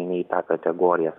ne į tą kategoriją